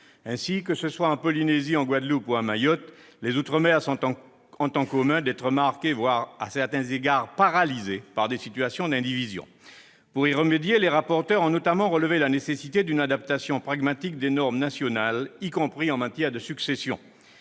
Ainsi, que ce soit en Polynésie, en Guadeloupe ou encore à Mayotte, les outre-mer ont en commun d'être marqués voire, à certains égards, paralysés par des situations d'indivision. Pour y remédier, les rapporteurs ont notamment relevé la nécessité d'une adaptation pragmatique des normes nationales, y compris en matière de successions.